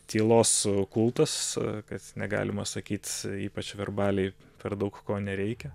tylos kultas kad negalima sakyt ypač verbaliai per daug ko nereikia